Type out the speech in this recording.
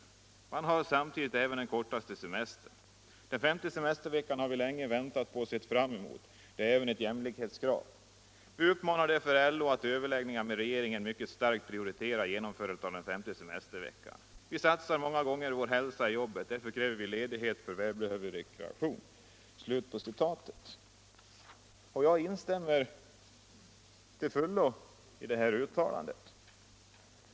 Man har samtidigt även den kortaste semestern. Den femte semesterveckan har vi länge väntat på och sett fram emot. Den är även ett jämlikhetskrav. Vi uppmanar därför LO att i överläggningar med regeringen mycket starkt prioritera genomförandet av den femte semesterveckan. Vi satsar många gånger vår hälsa i jobbet. Därför kräver vi ledighet för välbehövlig rekreation.” Jag instämmer till fullo i det uttalandet.